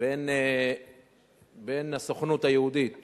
בין הסוכנות היהודית